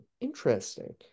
interesting